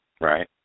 right